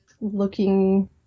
looking